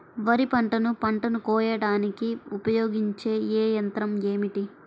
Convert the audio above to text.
వరిపంటను పంటను కోయడానికి ఉపయోగించే ఏ యంత్రం ఏమిటి?